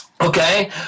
okay